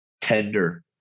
tender